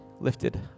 lifted